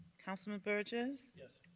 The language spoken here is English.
councilman burgess. yes.